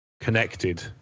connected